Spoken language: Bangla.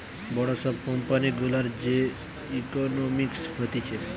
বড় সব কোম্পানি গুলার যে ইকোনোমিক্স হতিছে